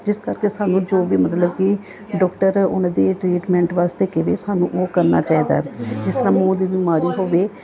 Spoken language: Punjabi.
ਜਿਸ ਕਰਕੇ ਸਾਨੂੰ ਜੋ ਵੀ ਮਤਲਬ ਕਿ ਡਾਕਟਰ ਉਹਨਾਂ ਦੇ ਟਰੀਟਮੈਂਟ ਵਾਸਤੇ ਕਹੇ ਸਾਨੂੰ ਉਹ ਕਰਨਾ ਚਾਹੀਦਾ ਜਿਸ ਤਰ੍ਹਾਂ ਮੂੰਹ ਦੀ ਬਿਮਾਰੀ ਹੋਵੇ